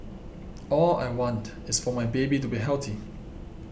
all I want is for my baby to be healthy